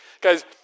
Guys